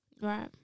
right